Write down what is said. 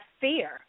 fear